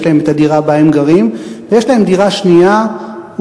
יש להם הדירה שבה הם גרים ויש להם דירה שנייה ושלישית.